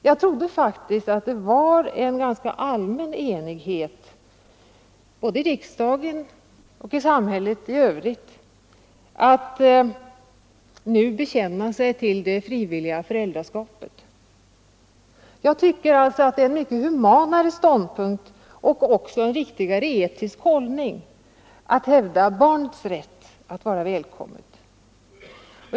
Jag trodde faktiskt att det nu var en ganska allmän enighet både i riksdagen och i samhället i övrigt om att bekänna sig till det frivilliga föräldraskapet. Jag tycker att det är en mycket humanare ståndpunkt — och också en riktigare etisk hållning — att hävda barnets rätt att vara välkommet.